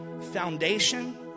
foundation